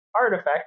artifact